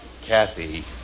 Kathy